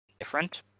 different